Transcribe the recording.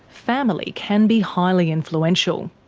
family can be highly influential.